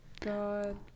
god